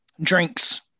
drinks